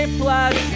plus